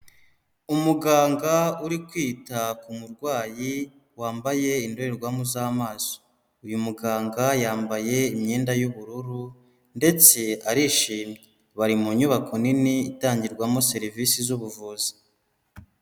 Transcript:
Umuganga uri kwita ku murwayi wambaye indorerwamo z'amaso, uyu muganga yambaye imyenda y'ubururu ndetse arishimye, bari mu nyubako nini itangirwamo serivisi z'ubuvuzi.